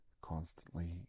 constantly